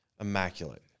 immaculate